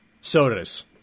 sodas